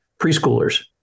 preschoolers